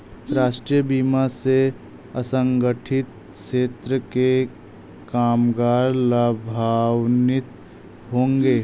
राष्ट्रीय बीमा से असंगठित क्षेत्र के कामगार लाभान्वित होंगे